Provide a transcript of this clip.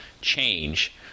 change